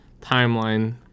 timeline